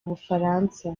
bufaransa